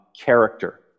character